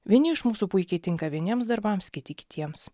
vieni iš mūsų puikiai tinka vieniems darbams kiti kitiems